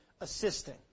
assisting